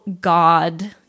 god